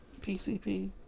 PCP